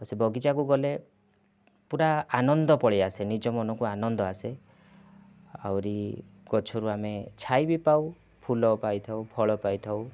ଆଉ ସେ ବଗିଚାକୁ ଗଲେ ପୁରା ଆନନ୍ଦ ପଳେଇଆସେ ନିଜ ମନକୁ ଆନନ୍ଦ ଆସେ ଆହୁରି ଗଛରୁ ଆମେ ଛାଇ ବି ପାଉ ଫୁଲ ପାଇଥାଉ ଫଳ ପାଇଥାଉ